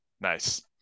nice